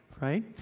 right